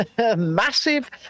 massive